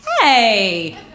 hey